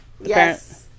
yes